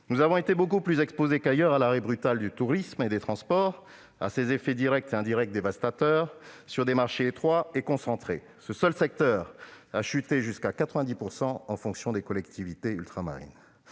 Nous avons été beaucoup plus exposés qu'ailleurs à l'arrêt brutal du tourisme et des transports, qui a produit des effets directs et indirects dévastateurs sur des marchés étroits et concentrés. Le seul secteur du tourisme a chuté jusqu'à 90 % dans certaines collectivités ultramarines.